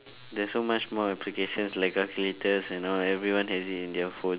there's so much more applications like calculators and all everyone has it in their phones